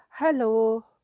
Hello